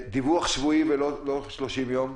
דיווח שבועי ולא לאורך 30 יום,